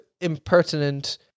impertinent